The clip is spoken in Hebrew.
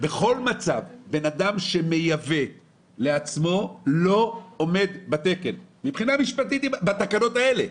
בכל מצב אדם שמייבא לעצמו לא עומד בתקן על פי התקנות האלה.